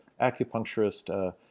acupuncturist